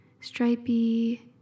stripy